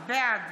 בעד